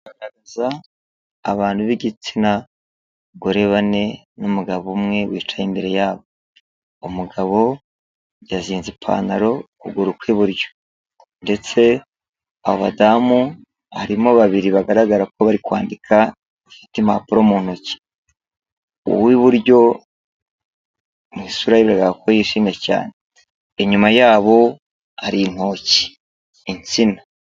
Abantu b'igitsina gore bane n'umugabo umwe bicaye imbere yabo umugabo yazinze ipantaro ukuguru kw'iburyo ndetse abadamu harimo babiri bagaragara ko bari kwandika bafite impapuro mu ntoki uw'iburyo mu isura ye biragaragara ko yishimye cyane inyuma yabo ari inkoki insina.